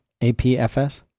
APFS